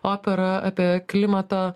opera apie klimato